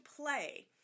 play